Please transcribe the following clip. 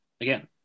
again